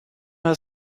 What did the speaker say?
her